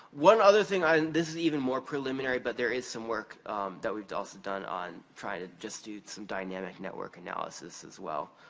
one other thing, and i mean this is even more preliminary, but there is some work that we've also done on trying to just do some dynamic network analysis as well,